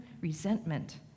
Resentment